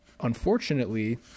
unfortunately